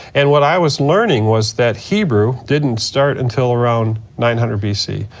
and what i was learning was that hebrew didn't start until around nine hundred bc.